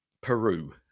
Peru